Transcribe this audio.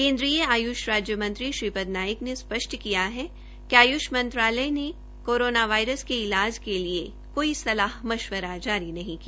केन्द्रीय आयुष राज्यमंत्री श्रीपद नाइक ने स्पष्ट किया है कि आयुष मंत्रालय ने कोरोना वायरस के इलाज के लिए कोई सलाह मशवरा जारी नहीं किया